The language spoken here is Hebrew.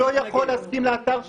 הוא לא יכול להיכנס לאתר שלי,